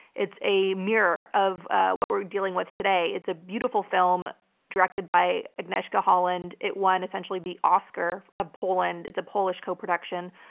it's a mirror of what we're dealing with today. it's a beautiful film directed by agnieszka holland. it won essentially the oscar of poland. it's a polish co-production.